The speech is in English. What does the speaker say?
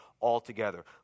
altogether